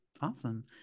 Awesome